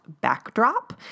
backdrop